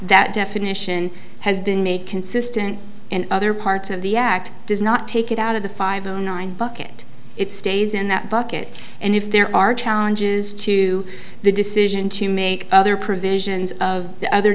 that definition has been made consistent in other parts of the act does not take it out of the five zero nine bucket it stays in that bucket and if there are challenges to the decision to make other provisions of the other